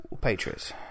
Patriots